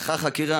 נפתחה חקירה,